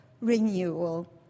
renewal